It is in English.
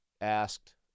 asked –